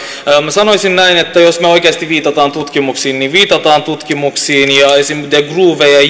sanoisin näin että jos me oikeasti viittaamme tutkimuksiin niin viitataan tutkimuksiin esimerkiksi de grauwe ja ja